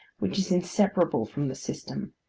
which is inseparable from the system.